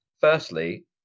Firstly